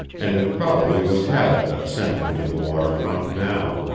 and it probably was habit that sent him to the water front now.